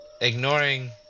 Ignoring